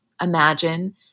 imagine